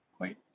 wait